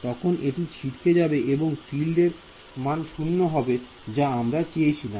তখন এটি ছিটকে যাবে এবং ফিল্ড এর মান শূন্য হবে যা আমরা চেয়েছিলাম